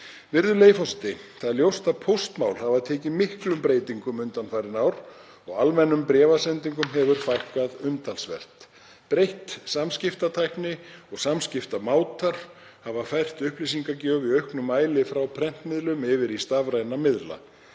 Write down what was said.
Virðulegi forseti. Ljóst er að póstmál hafa tekið miklum breytingum undanfarin ár og almennum bréfasendingum hefur fækkað umtalsvert. Breytt samskiptatækni og samskiptamátar hafa fært upplýsingagjöf í auknum mæli frá prentmiðlum yfir í stafræna miðla.